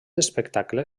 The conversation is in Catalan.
espectacle